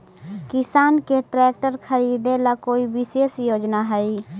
किसान के ट्रैक्टर खरीदे ला कोई विशेष योजना हई?